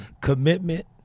commitment